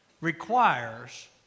requires